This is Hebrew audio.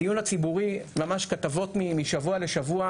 הדיון הציבורי ממש כתבות משבוע לשבוע